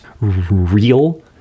real